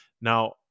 Now